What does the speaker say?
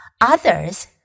Others